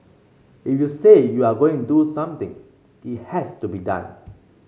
if you say you are going do something it has to be done